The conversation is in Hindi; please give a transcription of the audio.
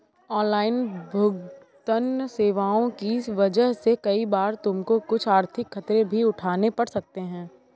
ऑनलाइन भुगतन्न सेवाओं की वजह से कई बार तुमको कुछ आर्थिक खतरे भी उठाने पड़ सकते हैं